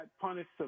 punished